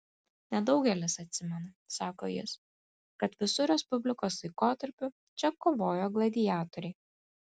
nedaugelis atsimena sako jis kad visu respublikos laikotarpiu čia kovojo gladiatoriai